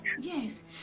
Yes